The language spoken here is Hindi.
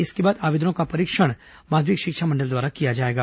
इसके बाद आवेदनों का परीक्षण माध्यमिक शिक्षा मंडल द्वारा किया जाएगा